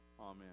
Amen